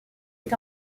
est